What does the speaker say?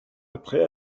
après